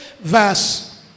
Verse